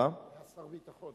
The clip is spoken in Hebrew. היה שר ביטחון.